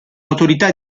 autorità